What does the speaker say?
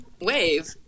wave